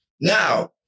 now